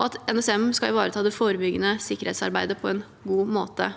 og at NSM skal ivareta det forebyggende sikkerhetsarbeidet på en god måte.